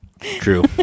True